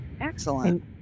Excellent